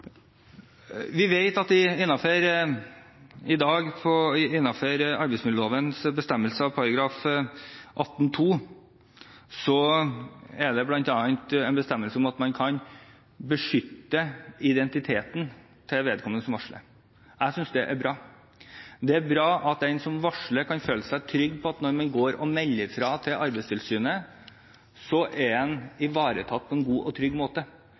Vi vet at innenfor arbeidsmiljølovens bestemmelser er det i dag bl.a. en bestemmelse om at man kan beskytte identiteten til vedkommende som varsler – i § 18-2. Jeg synes det er bra. Det er bra at den som varsler, kan føle seg trygg på at når en går og melder fra til Arbeidstilsynet, er en ivaretatt på en god og trygg måte.